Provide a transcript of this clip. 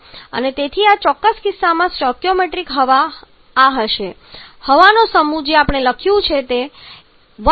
અને તેથી આ ચોક્કસ કિસ્સામાં સ્ટોઇકિયોમેટ્રિક હવા આ હશે હવાનો સમૂહ જે આપણે અહીં લખ્યું છે તે છે 1 × 32 3